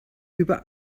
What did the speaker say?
über